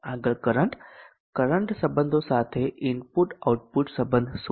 આગળ current current સંબંધો સાથે ઇનપુટ આઉટપુટ સંબધ શું છે